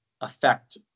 affect